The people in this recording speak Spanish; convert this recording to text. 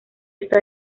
está